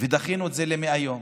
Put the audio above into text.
ודחינו את זה ל-100 יום,